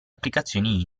applicazioni